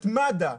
את מד"א,